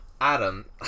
Adam